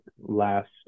last